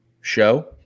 show